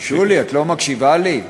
שולי, את לא מקשיבה לי?